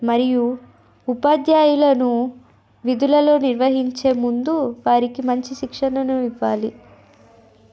మరియు ఉపాధ్యాయులను విధులలో నిర్వహించే ముందు వారికి మంచి శిక్షణను ఇవ్వాలి